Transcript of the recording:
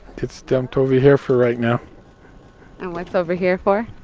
it's dumped over here for right now and what's over here for?